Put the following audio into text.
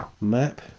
map